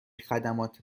خدمات